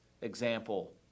example